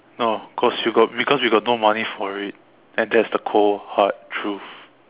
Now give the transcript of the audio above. no cause you got because you got no money for it and that's the cold hard truth